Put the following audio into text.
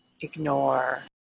ignore